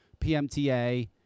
PMTA